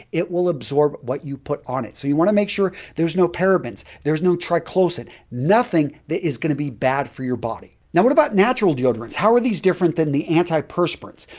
it will absorb what you put on it. so, you want to make sure there's no parabens, there's no triclosan, nothing that is going to be bad for your body. now, what about natural deodorants, how are these different than the antiperspirants?